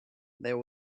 there